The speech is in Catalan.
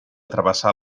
travessar